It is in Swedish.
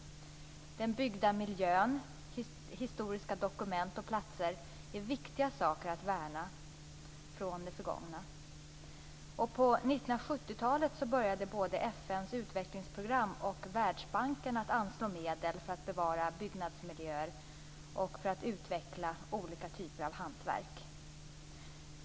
Den byggda miljön, historiska dokument och platser är viktiga saker att värna från det förgångna. På 1970-talet började både FN:s utvecklingsprogram och Världsbanken att anslå medel för att bevara byggnadsmiljöer och utveckla olika typer av hantverk.